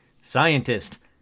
scientist